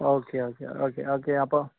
okay okay okay okay അപ്പം